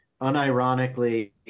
unironically